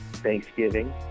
Thanksgiving